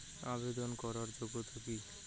আবেদন করার যোগ্যতা কি?